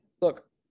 Look